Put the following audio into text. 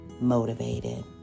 motivated